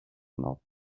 not